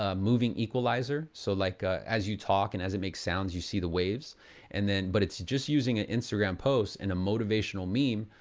ah moving equalizer. so like ah as you talk, and as it makes sounds, you see the waves and but it's just using an instagram post, and a motivational meme,